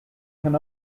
can